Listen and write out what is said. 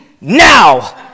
now